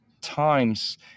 times